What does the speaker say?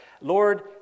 Lord